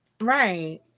Right